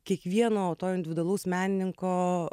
kiekvieno to individualaus menininko